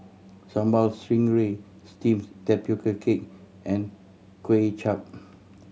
Sambal Stingray steamed tapioca cake and Kuay Chap